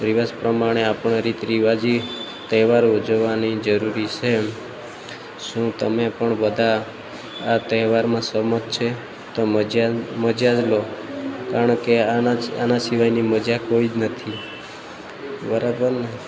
રિવાજ પ્રમાણે આપણાં રીત રિવાજો તહેવારો ઉજવવાની જરૂરી છે શું તમે પણ બધા આ તહેવારમાં સહમત છે તો મજા મજા જ લો કારણકે આના આના સિવાયની મજા કોઈ જ નથી બરાબર ને